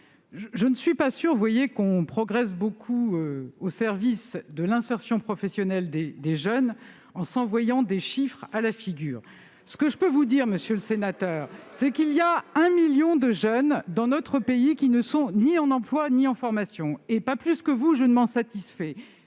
je ne suis pas sûre, voyez-vous, que l'on progresse beaucoup au service de l'insertion professionnelle des jeunes en s'envoyant des chiffres à la figure ! Ce que je peux vous dire, monsieur le sénateur, c'est qu'il y a 1 million de jeunes dans notre pays qui ne sont ni en emploi ni en formation. Pas plus que vous je ne m'en satisfais.